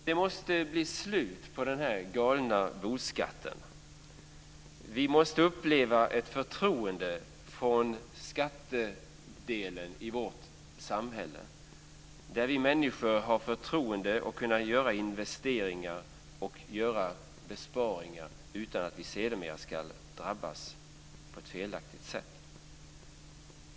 Det måste bli slut på den galna bo-skatten! Vi måste få uppleva ett förtroende från skattedelen i vårt samhälle, där vi människor har förtroendet att kunna göra investeringar och besparingar utan att vi sedermera drabbas på ett felaktigt sätt.